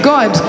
God